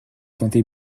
sentez